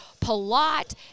Palat